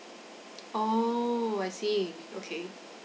oh I see okay